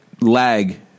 lag